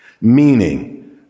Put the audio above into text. Meaning